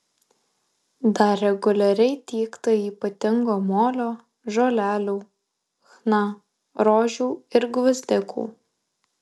dar reguliariai tiekta ypatingo molio žolelių chna rožių ir gvazdikų